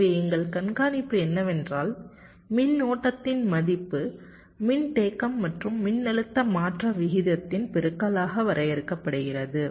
எனவே எங்கள் கண்காணிப்பு என்னவென்றால் மின்னோட்டத்தின் மதிப்பு மின்தேக்கம் மற்றும் மின்னழுத்த மாற்ற விகிதத்தின் பெருக்கலாக வரையறுக்கப்படுகிறது